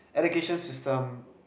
education system